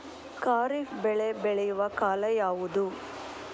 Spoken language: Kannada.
ಖಾರಿಫ್ ಬೆಳೆ ಬೆಳೆಯುವ ಕಾಲ ಯಾವುದು?